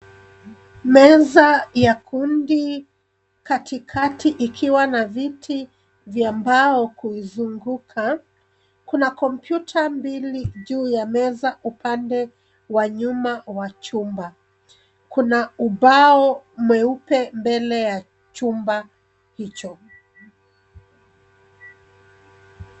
Meza ya kundi, katikati ikiwa na viti vya mbao kuuzunguka. Kuna kompyuta mbili juu ya meza, upande wa nyuma wa chumba. Kuna ubao mweupe mbele ya chumba hicho.